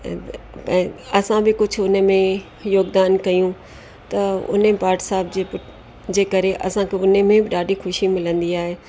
ऐं असां बि कुझु हुन में योगदान कयूं त उन पाठ साहिब जे जे करे असांखे हुन में ॾाढी ख़ुशी मिलंदी आहे